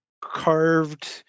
carved